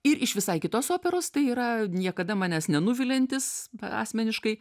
ir iš visai kitos operos tai yra niekada manęs nenuviliantis asmeniškai